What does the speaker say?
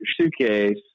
suitcase